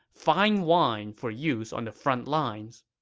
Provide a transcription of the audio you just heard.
fine wine for use on the frontlines.